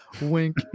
Wink